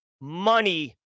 money